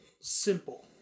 simple